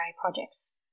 projects